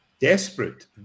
desperate